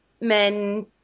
men